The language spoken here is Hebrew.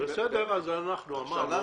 אמרנו